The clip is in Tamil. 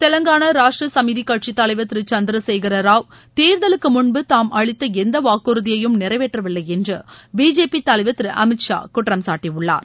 தெலங்கானா ராஷ்ட்ர சமிதி கட்சித் தலைவர் திரு சந்திரசேகர ராவ் தேர்தலுக்கு முன்பு தாம் அளித்த எந்த வாக்குறுதியையும் நிறைவேற்றவில்லை என்று பிஜேபி தலைவர் திரு அமித் ஷா குற்றம்சாட்டியுள்ளார்